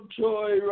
joy